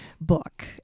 book